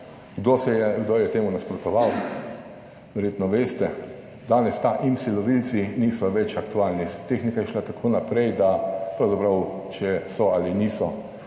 kdo je temu nasprotoval verjetno veste. Danes ta IMSI lovilci niso več aktualni, tehnika je šla tako naprej, da pravzaprav, če so ali niso